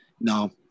no